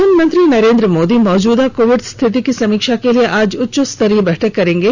प्रधानमंत्री नरेन्द्र मोदी मौजूदा कोविड स्थिति की समीक्षा के लिए आज उच्चस्तरीय बैठक करेंगे